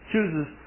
chooses